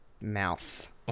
mouth